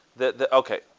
Okay